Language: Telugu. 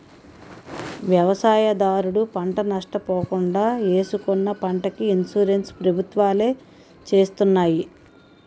వ్యవసాయదారుడు పంట నష్ట పోకుండా ఏసుకున్న పంటకి ఇన్సూరెన్స్ ప్రభుత్వాలే చేస్తున్నాయి